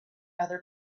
other